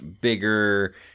bigger